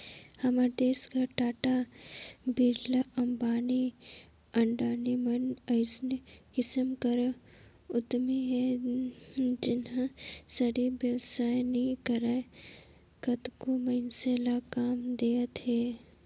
हमर देस कर टाटा, बिरला, अंबानी, अडानी मन अइसने किसिम कर उद्यमी हे जेनहा सिरिफ बेवसाय नी करय कतको मइनसे ल काम देवत हे